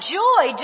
joy